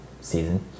season